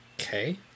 Okay